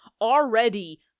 already